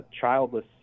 childless